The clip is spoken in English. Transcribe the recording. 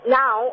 now